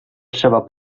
trzeba